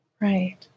Right